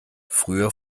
früher